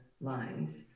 lines